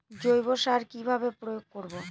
জৈব সার কি ভাবে প্রয়োগ করব?